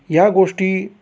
या गोष्टी